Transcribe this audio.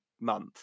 month